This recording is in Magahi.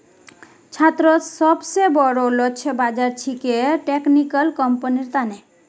छात्रोंत सोबसे बोरो लक्ष्य बाज़ार छिके टेक्निकल कंपनिर तने